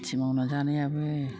खिथि मावना जानायाबो